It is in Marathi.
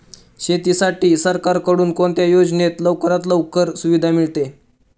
शेतीसाठी सरकारकडून कोणत्या योजनेत लवकरात लवकर सुविधा मिळते?